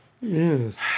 yes